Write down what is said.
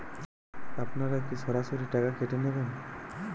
আপনারা কি সরাসরি টাকা কেটে নেবেন?